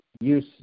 use